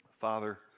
father